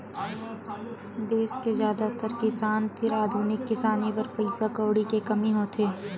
देस के जादातर किसान तीर आधुनिक किसानी बर पइसा कउड़ी के कमी होथे